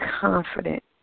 confident